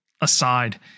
aside